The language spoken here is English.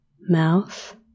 mouth